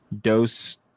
dose